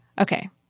Okay